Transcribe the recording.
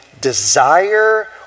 desire